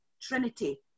Trinity